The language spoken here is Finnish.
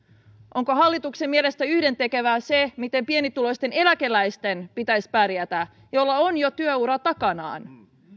onko hallituksen mielestä yhdentekevää se miten pienituloisten eläkeläisten pitäisi pärjätä joilla on jo työura takanaan